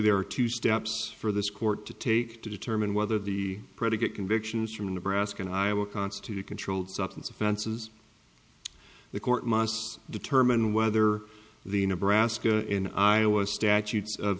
there are two steps for this court to take to determine whether the predicate convictions from nebraska and iowa constitute a controlled substance offenses the court must determine whether the nebraska in iowa statutes of